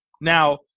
Now